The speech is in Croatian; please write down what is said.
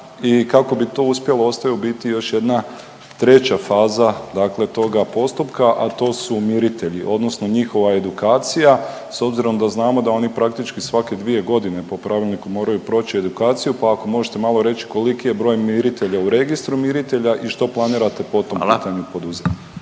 i kako bi to uspjelo ostaje u biti još jedna treća faza, dakle toga postupka, a to su miritelji, odnosno njihova edukacija. S obzirom da znamo da oni praktički svake dvije godine po pravilniku moraju proći edukaciju, pa ako možete malo reći koliki je broj miritelja u registru miritelja i što planirate po tom pitanju …